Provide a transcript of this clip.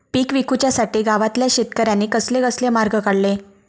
पीक विकुच्यासाठी गावातल्या शेतकऱ्यांनी कसले कसले मार्ग काढले?